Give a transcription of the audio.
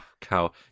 cow